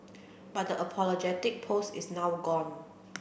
but the apologetic post is now gone